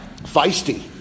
feisty